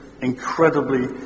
incredibly